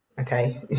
okay